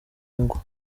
ngwa